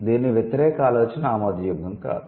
దీని వ్యతిరేక ఆలోచన ఆమోదయోగ్యం కాదు